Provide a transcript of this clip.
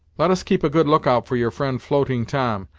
let us keep a good lookout for your friend floating tom,